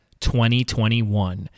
2021